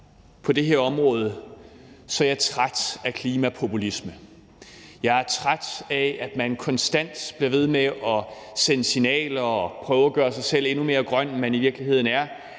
på det her område: Jeg er træt af klimapopulisme. Jeg er træt af, at man konstant bliver ved med at sende signaler og prøver at gøre sig selv endnu mere grøn, end man i virkeligheden er,